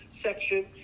section